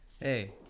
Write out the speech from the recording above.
Hey